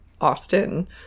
austin